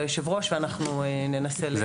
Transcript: ליושב ראש ואנחנו ננסה לתאם.